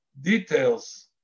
details